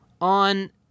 on